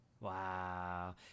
Wow